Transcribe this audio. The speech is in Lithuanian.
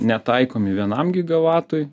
netaikomi vienam gigavatui